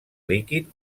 líquid